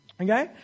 Okay